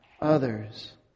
others